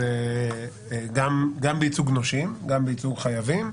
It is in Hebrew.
גם בייצוג נושים וגם בייצוג חייבים.